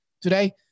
today